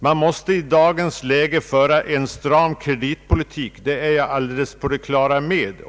Vi måste i dagens läge föra en stram kreditpolitik — det är jag på det klara med.